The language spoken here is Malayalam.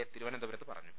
എ തിരുവ നന്തപുരത്ത് പറഞ്ഞു